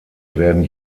werden